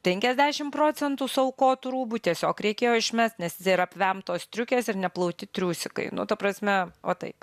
penkiasdešim procentų suaukotų rūbų tiesiog reikėjo išmest nes ir apvemtos striukės ir neplauti triūsikai nu ta prasme va taip